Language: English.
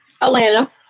Atlanta